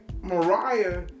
Mariah